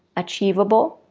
achievable,